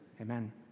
Amen